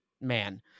man